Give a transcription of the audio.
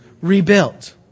Rebuilt